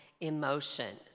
emotion